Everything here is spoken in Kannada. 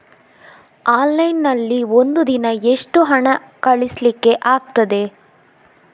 ಆನ್ಲೈನ್ ನಲ್ಲಿ ಒಂದು ದಿನ ಎಷ್ಟು ಹಣ ಕಳಿಸ್ಲಿಕ್ಕೆ ಆಗ್ತದೆ?